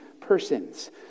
persons